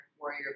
warrior